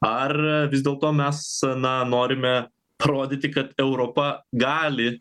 ar vis dėlto mes na norime parodyti kad europa gali